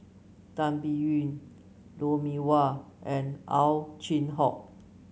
Tan Biyun Lou Mee Wah and Ow Chin Hock